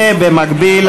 ובמקביל,